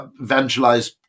evangelize